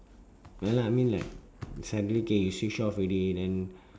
ya lah I mean like suddenly okay you switch off already then